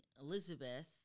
Elizabeth